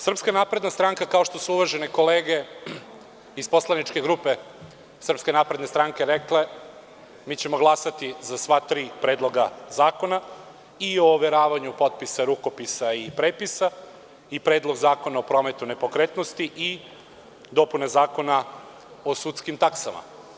Srpska napredna stranka kao što su uvažene kolege iz poslaničke grupe SNS rekle, mi ćemo glasati za sva tri predloga zakona i o overavanju potpisa, rukopisa, prepisa i Predlog zakona o prometu nepokretnosti i dopune Zakona o sudskim taksama.